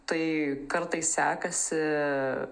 tai kartais sekasi